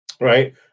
right